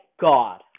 God